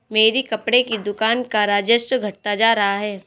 मेरी कपड़े की दुकान का राजस्व घटता जा रहा है